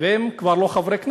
ואם הם כבר לא חברי כנסת,